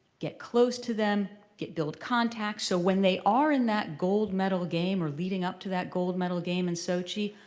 get close to them, build contacts. so when they are in that gold medal game or leading up to that gold medal game in sochi,